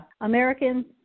Americans